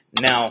Now